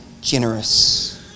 generous